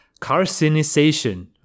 carcinization